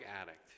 addict